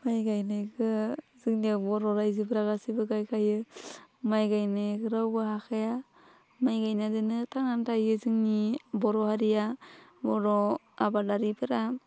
माइ गायनायखो जोंनियाव बर' राज्योफोरा गासैबो गायखायो माइ गायनायखौ रावबो हाखाया माइ गायनायजोंनो थांनानै थायो जोंनि बर' हारिया बर' आबादारिफोरा